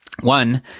one